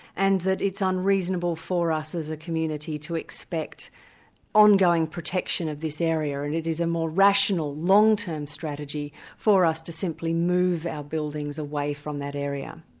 and that it's unreasonable for us as a community to expect ongoing protection of this area, and it is a more rational, long-term strategy for us to simply move our buildings away from that area.